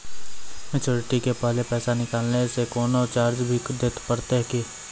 Maturity के पहले पैसा निकालै से कोनो चार्ज भी देत परतै की?